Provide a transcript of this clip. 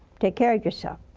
take care of yourself.